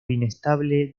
inestable